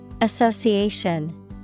Association